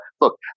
look